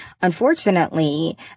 Unfortunately